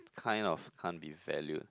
kind of can't be valued